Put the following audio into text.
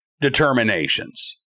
determinations